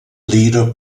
leader